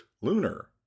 lunar